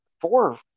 four